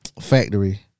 factory